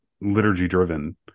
liturgy-driven